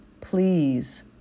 Please